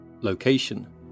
Location